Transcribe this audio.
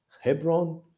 Hebron